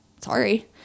sorry